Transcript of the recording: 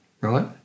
right